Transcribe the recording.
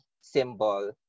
symbol